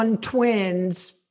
twins